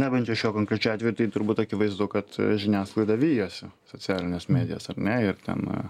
remiantis šiuo konkrečiu atveju tai turbūt akivaizdu kad žiniasklaida vijosi socialines medijas ar ne ir ten